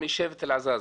משבט אל-עזאזמה.